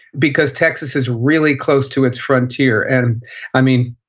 because texas is really close to its frontier. and i mean,